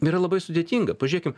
yra labai sudėtinga pažiūrėkim